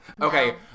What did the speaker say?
Okay